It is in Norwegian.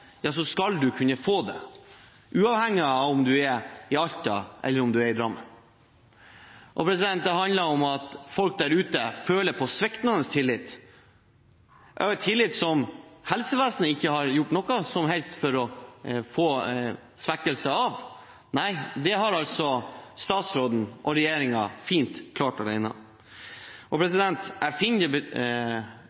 så skal man kunne få det, uavhengig av om man er i Alta, eller om man er i Drammen. Det handler om at folk der ute føler på sviktende tillit, en tillit som helsevesenet ikke har gjort noe som helst for å få en svekkelse av. Nei, det har statsråden og regjeringen klart fint